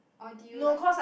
or did you like